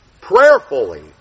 prayerfully